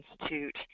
Institute